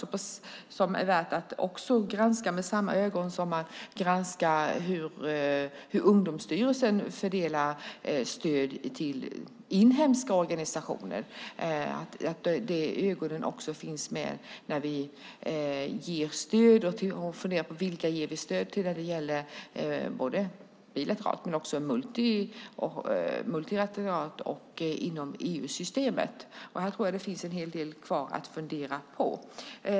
Det är också värt att granska med samma ögon som man granskar hur Ungdomsstyrelsen fördelar stöd till inhemska organisationer. Ögonen ska också finnas med när vi funderar på vilka vi ger stöd till bilateralt, multilateralt och inom EU-systemet. Här tror jag att det finns en hel del kvar att fundera på.